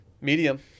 Medium